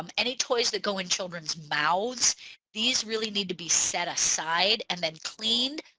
um any toys that go in children's mouths these really need to be set aside and then cleaned.